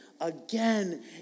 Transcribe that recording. again